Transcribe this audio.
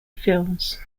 films